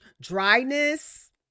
dryness